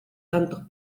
tantos